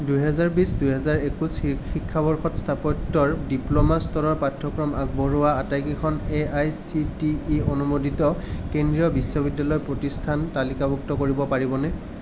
দুহেজাৰ বিছ দুহেজাৰ একৈছ শিক্ষাবৰ্ষত স্থাপত্যৰ ডিপ্ল'মা স্তৰৰ পাঠ্যক্ৰম আগবঢ়োৱা আটাইকেইখন A I C T E অনুমোদিত কেন্দ্ৰীয় বিশ্ববিদ্যালয় প্ৰতিষ্ঠান তালিকাভুক্ত কৰিব পাৰিবনে